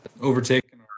overtaken